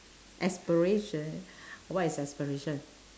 aspiration what is aspiration